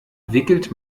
wickelt